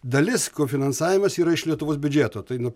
dalis kofinansavimas yra iš lietuvos biudžeto tai nuo